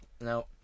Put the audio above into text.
No